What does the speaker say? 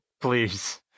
Please